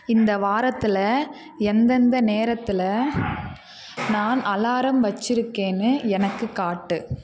இந்த வாரத்தில் எந்தெந்த நேரத்தில் நான் அலாரம் வைச்சிருக்கேன்னு எனக்கு காட்டு